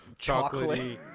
chocolatey